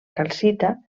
calcita